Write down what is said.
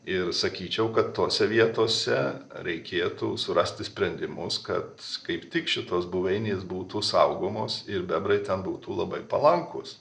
ir sakyčiau kad tose vietose reikėtų surasti sprendimus kad kaip tik šitos buveinės būtų saugomos ir bebrai ten būtų labai palankūs